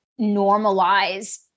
normalize